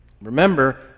Remember